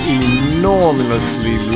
enormously